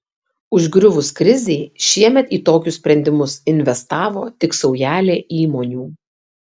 užgriuvus krizei šiemet į tokius sprendimus investavo tik saujelė įmonių